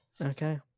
Okay